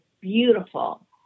beautiful